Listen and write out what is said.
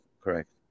correct